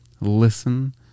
listen